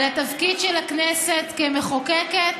על התפקיד של הכנסת כמחוקקת